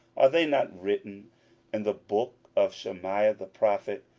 are they not written in the book of shemaiah the prophet,